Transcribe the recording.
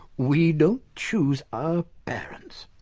we don't choose our parents.